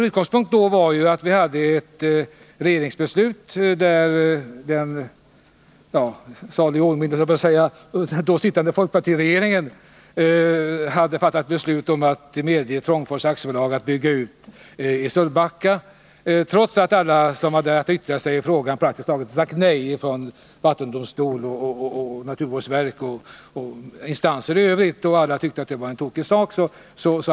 Utgångspunkten var ett beslut av den dåvarande folkpartiregeringen — salig i åminnelse, höll jag på att säga — om att medge Trångfors AB att bygga ut strömmarna, trots att praktiskt taget alla som haft att yttra sig i frågan sagt nej: vattendomstolen, naturvårdsverket osv.